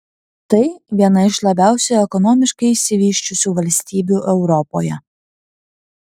tai viena iš labiausiai ekonomiškai išsivysčiusių valstybių europoje